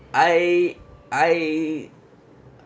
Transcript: I I